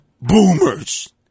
Boomers